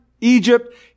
Egypt